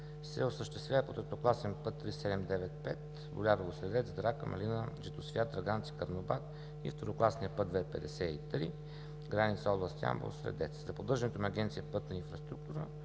се осъществява по безопасен път 3795, Болярово, Средец, Драка, Малина, Житосвят, Драганци, Карнобат и второкласния път II-53, границата област Ямбол, Средец. За поддържането Агенция „Пътна инфраструктура“